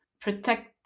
protect